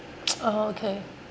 orh okay